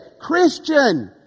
Christian